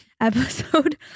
episode